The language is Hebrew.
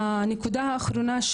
הנקודה האחרונה,